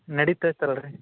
ನೆಡಿತೈತಿ ಅಲ್ಲ ರೀ